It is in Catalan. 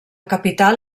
capital